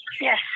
Yes